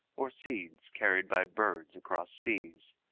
or seeds carried by birds across seas,